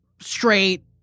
straight